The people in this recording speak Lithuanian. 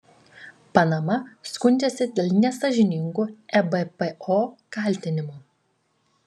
panama skundžiasi dėl nesąžiningų ebpo kaltinimų